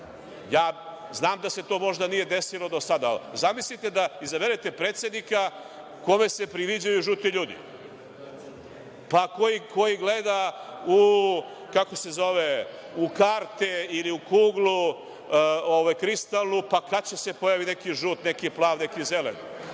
Znam da se to možda nije desilo do sada ali zamislite da izaberete predsednika kome se priviđaju žuti ljudi, koji gleda u karte ili u kuglu kristalnu kada će da se pojavi neki žut, neki plav, neki zelen,